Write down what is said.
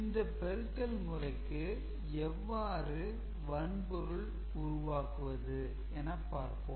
இந்த பெருக்கல் முறைக்கு எவ்வாறு வன்பொருள் உருவாக்குவது என பார்ப்போம்